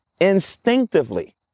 instinctively